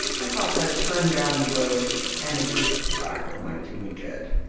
i thought that a turn down the road and a whiff of tobacco might do me good.